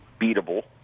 beatable